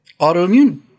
autoimmune